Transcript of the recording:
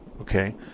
Okay